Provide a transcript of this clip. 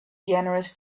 generous